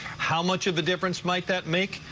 how much of a difference might that make?